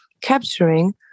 capturing